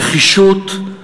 נחישות,